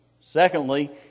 Secondly